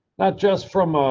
not just from